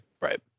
right